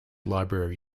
library